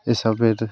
এ সবের